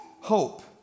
hope